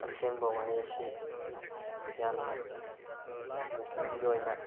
ꯑꯁꯦꯡꯕ ꯋꯥꯍꯩ ꯑꯁꯤ ꯌꯥꯝꯅ ꯃꯨꯁꯂꯤꯝꯒꯤ ꯑꯣꯏꯅ